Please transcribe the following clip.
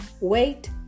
wait